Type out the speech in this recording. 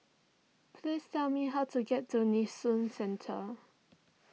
please tell me how to get to Nee Soon Central